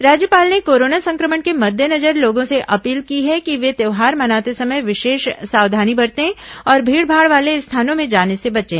राज्यपाल ने कोरोना संक्रमण के मद्देनजर लोगों से अपील की है कि ये त्यौहार मनाते समय विशेष सावधानी बरतें और भीड़माड़ वाले स्थानों में जाने से बचें